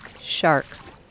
sharks